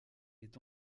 est